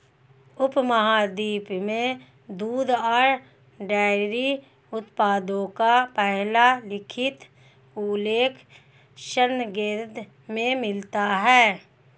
उपमहाद्वीप में दूध और डेयरी उत्पादों का पहला लिखित उल्लेख ऋग्वेद में मिलता है